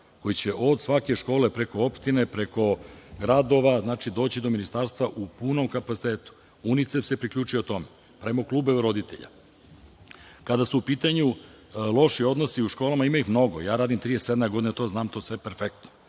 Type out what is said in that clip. koji će od svake škole, preko opštine, preko gradova doći do ministarstva u punom kapacitetu, Unicef se priključio tome, pravimo klubove roditelja. Kada su u pitanju loši odnosi u školama, ima ih mnogo. Radim 37 godina, znam to sve perfektno